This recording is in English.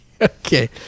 Okay